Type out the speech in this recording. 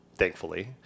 thankfully